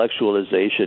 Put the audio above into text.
intellectualization